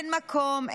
אין מקום,